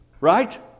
Right